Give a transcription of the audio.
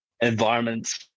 environments